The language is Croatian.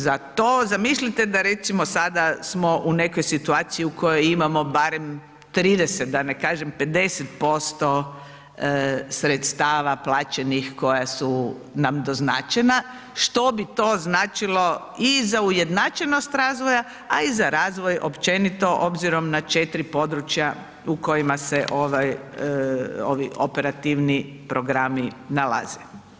Za to, zamislite da recimo sada smo u nekoj situaciji u kojoj imamo barem 30, da ne kažem, 50% sredstava plaćenih koja su nam doznačena, što bi to značilo i za ujednačenost razvoja, a i za razvoj općenito obzirom na 4 područja u kojima se ovi operativni programi nalaze.